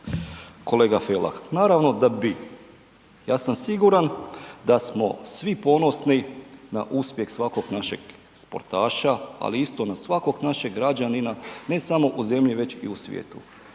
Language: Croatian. Kolega Felak, naravno da bi, ja sam siguran da smo svi ponosni na uspjeh svakog našeg sportaša, ali isto i na svakog našeg građanina ne samo u zemlji već i u svijetu.